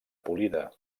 polida